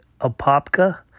Apopka